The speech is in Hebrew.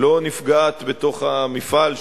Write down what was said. לא נפגעת בתוך המפעל,